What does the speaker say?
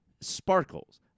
sparkles